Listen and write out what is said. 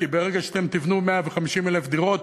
כי ברגע שאתם תבנו 150,000 דירות,